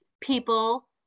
people